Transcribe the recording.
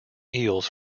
eels